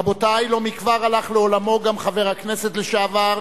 רבותי, לא מכבר הלך לעולמו גם חבר הכנסת לשעבר